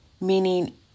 Meaning